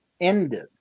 ended